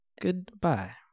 goodbye